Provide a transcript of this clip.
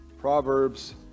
Proverbs